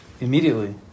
Immediately